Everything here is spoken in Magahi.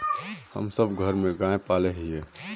हम सब घर में गाय पाले हिये?